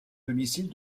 domicile